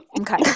Okay